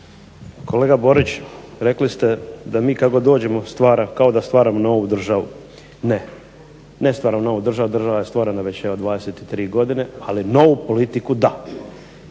Kolega Borić, rekli ste da mi kako dođemo kao da stvaramo novu državu. Ne, ne stvaramo novu državu. Država je stvorena već evo 23 godine, ali novu politiku da.